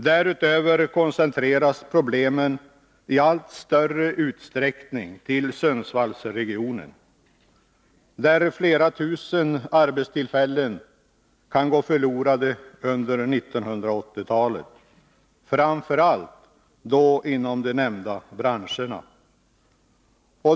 Därutöver koncentreras problemen i allt större utsträckning till Sundsvallsregionen, där flera tusen arbetstillfällen kan gå förlorade under 1980-talet, framför allt då inom de nämnda branscherna.